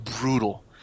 brutal